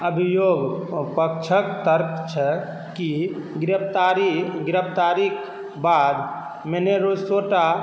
अभियोग पक्षके तर्क छै कि गिरफ्तारी गिरफ्तारीके बाद मिनेरेसोटा